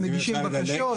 הם מגישים בקשות.